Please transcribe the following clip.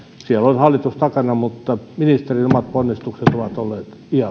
siellä on hallitus takana mutta ministerin omat ponnistukset ovat olleet